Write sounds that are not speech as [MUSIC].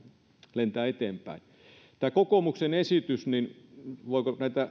lentää eteenpäin tämä kokoomuksen esitys en tiedä voiko käyttää näitä [UNINTELLIGIBLE]